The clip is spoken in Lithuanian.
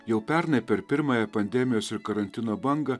jau pernai per pirmąją pandemijos ir karantino bangą